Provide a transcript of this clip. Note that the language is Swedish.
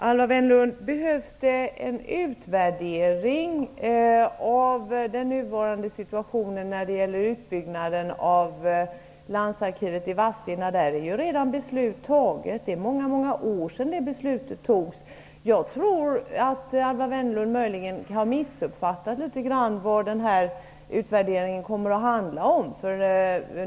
Herr talman! Behövs det en utvärdering av den nuvarande situationen när det gäller utbyggnaden av landsarkivet i Vadstena, Alwa Wennerlund? Beslut om det är redan fattat. Det är många år sedan det beslutet fattades. Jag tror att Alwa Wennerlund möjligen har missuppfattat vad den här utvärderingen kommer att handla om.